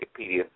Wikipedia